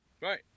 Right